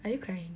are you crying